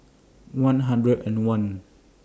one hundred and one